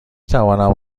توانم